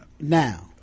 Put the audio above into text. Now